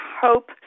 Hope